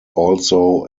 also